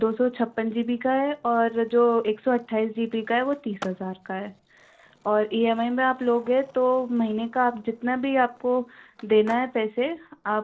दो सौ छप्पन जी बी का है और जो एक सौ अट्ठाइस जी बी का है वो तीस हज़ार का है और ई एम आई में आप लोगे तो महीने का आप जितना भी आपको देना है पैसे आप